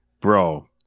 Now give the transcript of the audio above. Bro